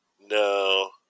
No